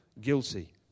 guilty